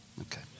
okay